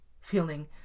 feeling